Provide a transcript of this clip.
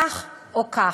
כך או כך,